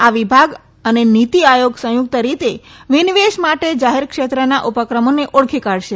આ વિભાગ અને નીતી આયોગ સંયુકત રીતે વિનિવેશ માટે જાહેર ક્ષેત્રના ઉપક્રમોને ઓળખી કાઢશે